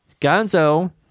Gonzo